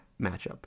matchup